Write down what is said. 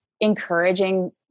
encouraging